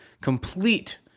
complete